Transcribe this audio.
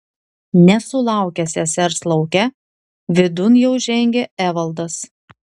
nesulaukęs sesers lauke vidun jau žengė evaldas